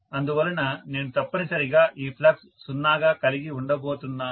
అందువలన నేను తప్పనిసరిగా ఈ ఫ్లక్స్ 0 గా కలిగి ఉండబోతున్నాను